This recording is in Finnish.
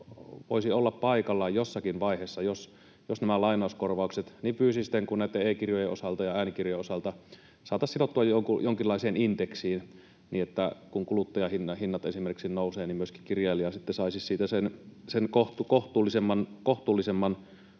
Voisi olla paikallaan jossain vaiheessa, että nämä lainauskorvaukset niin fyysisten kuin näitten e-kirjojen osalta ja äänikirjojen osalta saataisiin sidottua jonkinlaiseen indeksiin niin, että kun kuluttajahinnat esimerkiksi nousevat, niin myöskin kirjailija sitten saisi siitä sen kohtuullisemman